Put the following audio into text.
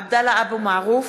(קוראת בשמות חברי הכנסת) עבדאללה אבו מערוף,